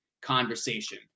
conversation